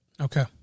Okay